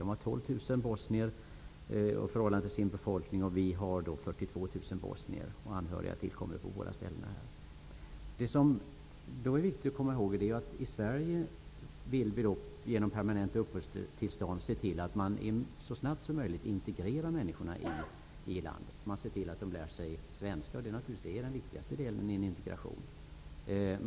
De har 12 000 bosnier medan vi har 42 000 -- anhöriga tillkommer i båda länderna. I Sverige vill vi ge permanent uppehållstillstånd och se till att så snabbt som möjligt integrera människorna i landet. Vi ser till att de lär sig svenska, vilket naturligtvis är den viktigaste delen i en integration.